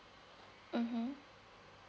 mmhmm